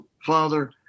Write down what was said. Father